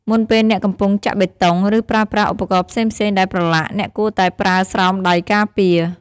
មុនពេលអ្នកកំពុងចាក់បេតុង ឬប្រើប្រាស់ឧបករណ៍ផ្សេងៗដែលប្រឡាក់ អ្នកគួរតែប្រើស្រោមដៃការពារ។